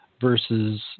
versus